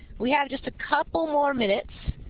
we have just a couple more minutes.